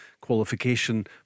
qualification